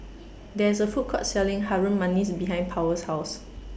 There IS A Food Court Selling Harum Manis behind Powell's House